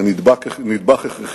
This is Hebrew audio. זה נדבך הכרחי.